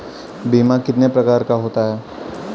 बीमा कितने प्रकार का होता है?